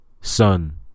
sun